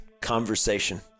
conversation